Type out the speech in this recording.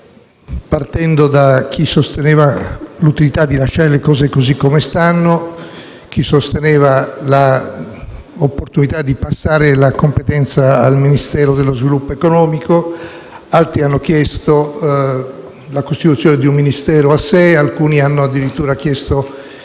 partendo da chi sosteneva l'utilità di lasciare le cose come stanno a chi affermava l'opportunità di trasferire la competenza al Ministero per lo sviluppo economico; altri hanno chiesto la costituzione di un Ministero apposito, alcuni hanno addirittura chiesto